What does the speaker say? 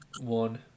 one